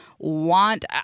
want